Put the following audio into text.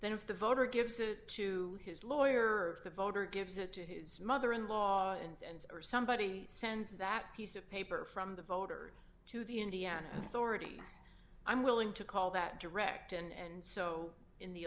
then if the voter gives it to his lawyer the voter gives it to his mother in law and or somebody sends that piece of paper from the voter to the indiana dorothy i'm willing to call that direct and so in the